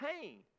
pain